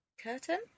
Curtain